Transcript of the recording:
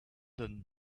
din